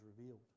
revealed